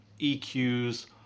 eqs